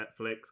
Netflix